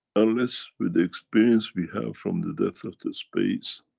unless with the experience we have from the depth of the space,